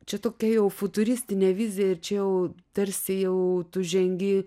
čia tokia jau futuristinė vizija arčiau tarsi jau tu žengi